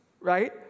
right